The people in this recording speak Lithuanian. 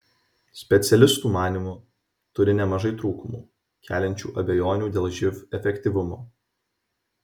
specialistų manymu turi nemažai trūkumų keliančių abejonių dėl živ efektyvumo